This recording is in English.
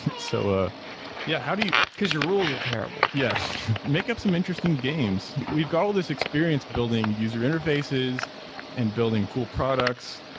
so yeah, how do you because your rules are terrible yeah. make up some interesting games. we've got all this experience building user interfaces and building cool products.